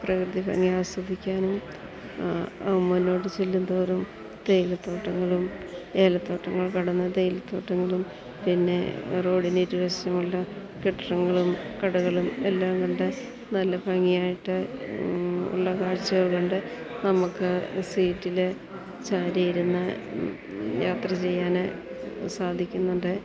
പ്രകൃതി ഭംഗി ആസ്വദിക്കാനും മുന്നോട്ട് ചെല്ലും തോറും തേയിലത്തോട്ടങ്ങളും ഏലത്തോട്ടങ്ങൾ കടന്നു തേയിലത്തോട്ടങ്ങളും പിന്നെ റോഡിന് ഇരുവശമുള്ള കെട്ടിടങ്ങളും കടകളും എല്ലാം കണ്ടു നല്ല ഭംഗിയായിട്ട് ഉള്ള കാഴ്ചകൾ കണ്ട് നമ്മൾക്ക് സീറ്റിൽ ചാരി ഇരുന്നു യാത്ര ചെയ്യാൻ സാധിക്കുന്നുണ്ട്